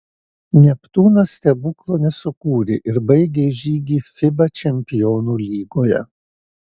neptūnas stebuklo nesukūrė ir baigė žygį fiba čempionų lygoje